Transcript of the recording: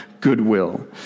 goodwill